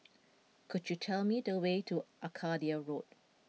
could you tell me the way to Arcadia Road